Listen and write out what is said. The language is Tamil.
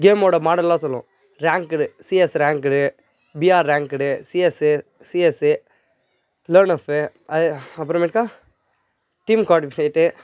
கேம்மோடய மாடலெல்லாம் சொல்லுவோம் ரேங்க்கெடு சிஎஸ் ரேங்க்கெடு பிஆர் ரேங்க்கெடு சிஎஸ்ஸு சிஎஸ்ஸு லோன் னெஃப்பு அது அப்புறமேட்க்கா தீம் காேடிங் ஃபயிட்டு